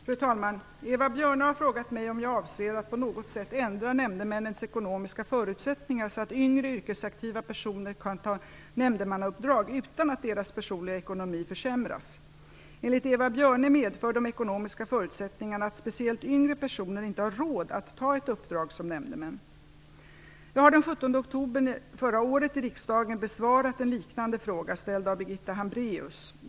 Fru talman! Eva Björne har frågat mig om jag avser att på något sätt ändra nämndemännens ekonomiska förutsättningar så att yngre yrkesaktiva personer kan ta nämndemannauppdrag utan att deras personliga ekonomi försämras. Enligt Eva Björne medför de ekonomiska förutsättningarna att speciellt yngre personer inte har råd att ta ett uppdrag som nämndeman. Jag har den 17 oktober 1995 i riksdagen besvarat en liknande fråga ställd av Birgitta Hambraeus.